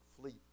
fleet